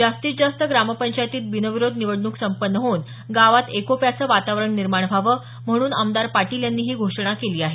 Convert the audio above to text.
जास्तीतजास्त ग्रामपंचायतीत बिनविरोध निवडणूक संपन्न होऊन गावात एकोप्याचं वातावरण निर्माण व्हावं म्हणून आमदार पाटील यांनी ही घोषणा केली आहे